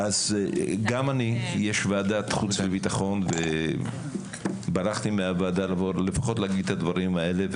יש ועדת חוץ וביטחון וברחתי מהוועדה לבוא לפחות להגיד את הדברים האלה.